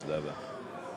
תודה רבה.